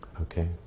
Okay